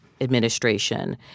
administration